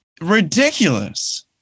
ridiculous